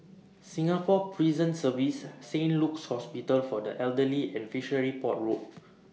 Singapore Prison Service Saint Luke's Hospital For The Elderly and Fishery Port Road